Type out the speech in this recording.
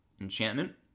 enchantment